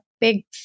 big